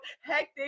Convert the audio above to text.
hectic